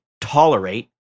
tolerate